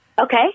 okay